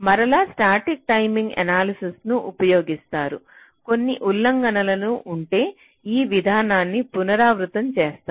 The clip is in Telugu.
మరలా స్టాటిక్ టైమింగ్ ఎనాలసిస్ ను ఉపయోగిస్తారు కొన్ని ఉల్లంఘనలు ఉంటే ఈ విధానాన్ని పునరావృతం చేస్తారు